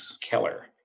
keller